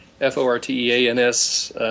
F-O-R-T-E-A-N-S